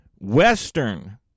Western